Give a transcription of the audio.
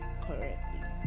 correctly